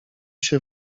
się